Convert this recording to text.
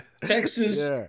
Texas